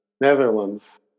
Netherlands